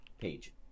page